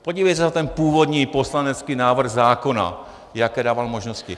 Podívejte se na ten původní poslanecký návrh zákona, jaké dával možnosti.